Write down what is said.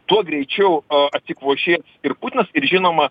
tuo greičiau atsikvošės ir putinas ir žinoma